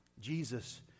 Jesus